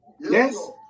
Yes